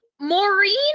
maureen